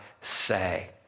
say